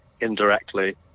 indirectly